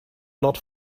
not